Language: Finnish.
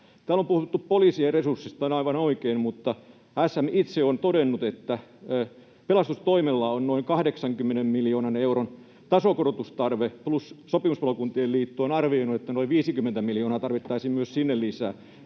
Täällä on puhuttu poliisien resursseista, ja se on aivan oikein, mutta SM itse on todennut, että pelastustoimella on noin 80 miljoonan euron tasokorotustarve, plus Sopimuspalokuntien Liitto on arvioinut, että noin 50 miljoonaa tarvittaisiin myös sinne lisää.